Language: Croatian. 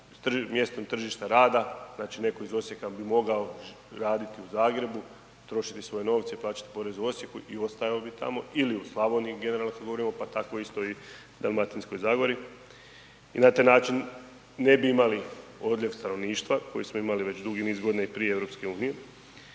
mjestom tržišta rada, znači netko iz Osijeka bi mogao raditi u Zagrebu, trošiti svoje novce i plaćati porez u Osijeku i ostajao bi tamo ili u Slavoniji generalno govorimo pa tako isto i u Dalmatinskoj zagori i na taj način ne bi imali odljev stanovništva koji smo imali već dugi niz godina i prije EU. I onda